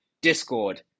Discord